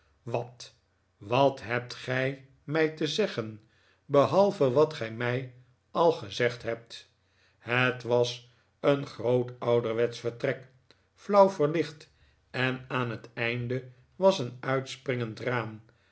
wat wat hebt gij mij te zeggen behalve wat gij mij al gezegd hebt het was een groot ouderwetsch vertrek flauw verlicht en aan het einde was een uitspringend raam